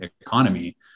economy